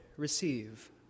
Receive